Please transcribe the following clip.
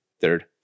third